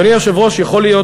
אדוני היושב-ראש, יכול להיות